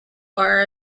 are